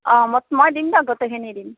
অ' মই দিম দক গটেইখিনি দিম